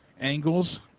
angles